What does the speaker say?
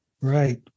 Right